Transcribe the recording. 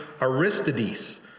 Aristides